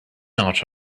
not